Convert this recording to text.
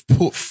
put